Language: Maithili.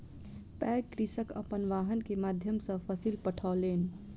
पैघ कृषक अपन वाहन के माध्यम सॅ फसिल पठौलैन